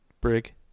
Brig